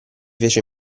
fece